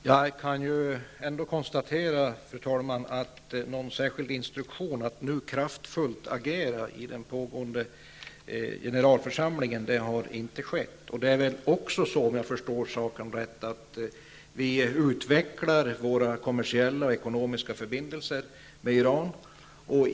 Fru talman! Jag kan ändå konstatera att någon särskild instruktion om att agera kraftfullt under det nu pågående mötet i generalförsamlingen inte har getts. Om jag förstår saken rätt utvecklar vi våra kommersiella och ekonomiska förbindelser med Iran.